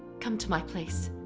come to my place.